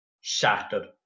shattered